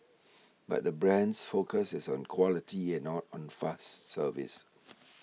but the brand's focus is on quality and not on fast service